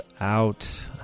out